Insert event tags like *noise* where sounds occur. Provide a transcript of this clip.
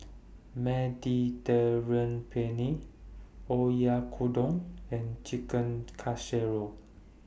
*unintelligible* Penne Oyakodon and Chicken Casserole